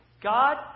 God